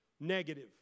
negative